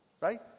right